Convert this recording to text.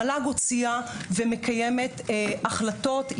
המל"ג הוציאה ומקיימת החלטות.